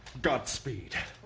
godspeed.